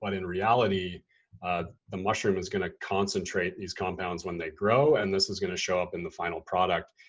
but in reality the mushroom is gonna concentrate these compounds when they grow and this is gonna show up in the final product.